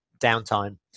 downtime